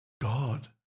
God